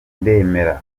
ndemera